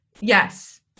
yes